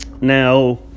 now